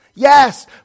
Yes